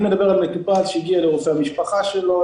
אני מדבר על מטופל שהגיע לרופא המשפחה שלו,